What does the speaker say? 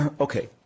Okay